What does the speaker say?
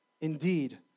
Indeed